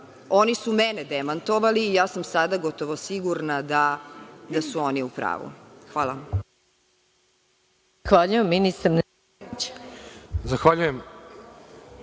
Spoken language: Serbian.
oni su mene demantovali i sada sam gotovo sigurna da su oni u pravu. Hvala.